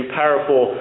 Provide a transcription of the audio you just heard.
powerful